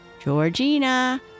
Georgina